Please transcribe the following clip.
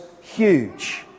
huge